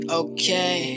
okay